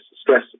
stress